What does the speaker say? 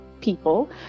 people